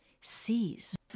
sees